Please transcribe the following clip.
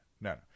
no